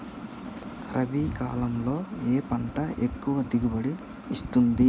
రబీ కాలంలో ఏ పంట ఎక్కువ దిగుబడి ఇస్తుంది?